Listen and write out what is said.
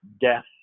death